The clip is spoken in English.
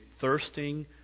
thirsting